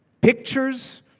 pictures